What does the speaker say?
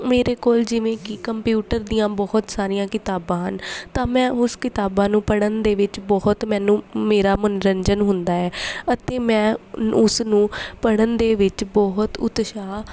ਮੇਰੇ ਕੋਲ ਜਿਵੇਂ ਕਿ ਕੰਪਿਊਟਰ ਦੀਆਂ ਬਹੁਤ ਸਾਰੀਆਂ ਕਿਤਾਬਾਂ ਹਨ ਤਾਂ ਮੈਂ ਉਸ ਕਿਤਾਬਾਂ ਨੂੰ ਪੜ੍ਹਨ ਦੇ ਵਿੱਚ ਬਹੁਤ ਮੈਨੂੰ ਮੇਰਾ ਮਨੋਰੰਜਨ ਹੁੰਦਾ ਹੈ ਅਤੇ ਮੈਂ ਉਸ ਨੂੰ ਪੜ੍ਹਨ ਦੇ ਵਿੱਚ ਬਹੁਤ ਉਤਸ਼ਾਹ